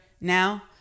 now